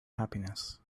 happiness